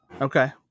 Okay